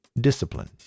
discipline